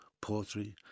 poetry